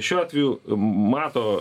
šiuo atveju mato